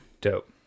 Dope